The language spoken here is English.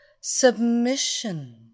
Submission